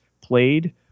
played